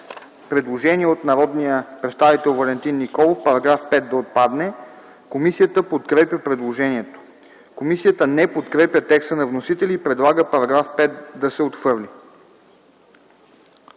Предложение от народния представител Валентин Николов за § 5 да отпадне. Комисията подкрепя предложението. Комисията не подкрепя текста на вносителя и предлага § 5 да се отхвърли.